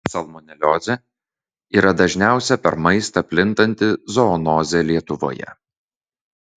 salmoneliozė yra dažniausia per maistą plintanti zoonozė lietuvoje